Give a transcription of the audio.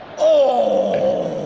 oh!